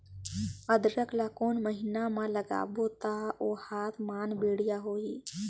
अदरक ला कोन महीना मा लगाबो ता ओहार मान बेडिया होही?